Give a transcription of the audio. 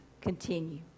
continue